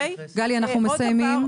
גלי, אנחנו מסיימים.